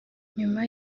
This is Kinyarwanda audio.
nyuma